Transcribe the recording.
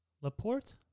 Laporte